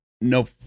no